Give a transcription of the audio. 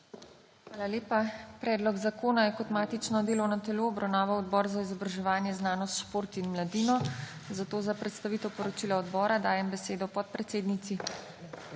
Hvala lepa. Predlog zakona je kot matično delovno telo obravnaval Odbor za izobraževanje, znanost, šport in mladino, zato za predstavitev poročila odbora dajem besedo predsednici